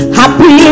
happy